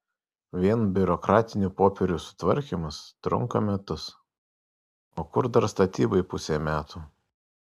vien biurokratinių popierių sutvarkymas trunka metus o kur dar statybai pusė metų